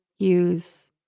use